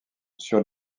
sur